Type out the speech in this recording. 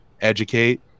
educate